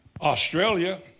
Australia